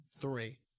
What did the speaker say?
three